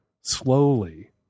slowly